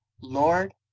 lord